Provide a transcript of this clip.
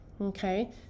okay